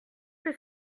que